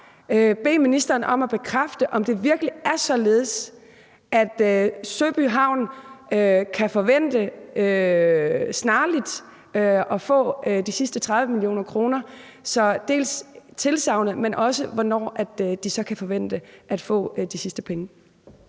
bede ministeren om at bekræfte, at det virkelig er således, at Søby Havn kan forvente snarligt at få de sidste 30 mio. kr. – dels tilsagnet om det, dels hvornår de kan forvente at få de sidste penge.